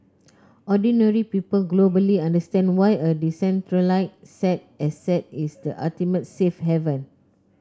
ordinary people globally understand why a decentralized asset is the ultimate safe haven